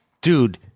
dude